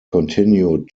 continued